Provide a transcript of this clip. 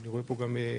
אני רואה פה גם ארגונים,